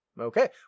Okay